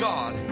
God